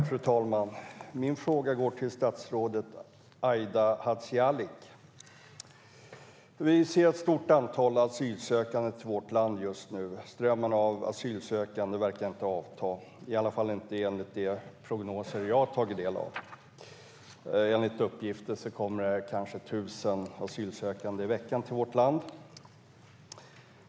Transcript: Fru talman! Min fråga går till statsrådet Aida Hadzialic. Just nu kommer det ett stort antal asylsökande till vårt land. Strömmarna av asylsökande verkar inte avta, i alla fall inte enligt de prognoser jag har tagit del av. Enligt uppgifter kommer det kanske tusen asylsökande i veckan till vårt land.